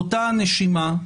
באותה נשימה,